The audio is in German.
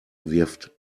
wirft